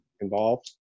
involved